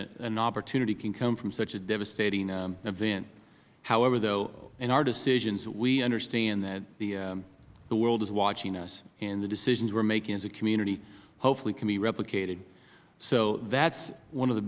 an opportunity can come from such a devastating event however though in our decisions we understand that the world is watching us the decisions we are making as a community hopefully can be replicated so that is one of the